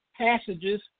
passages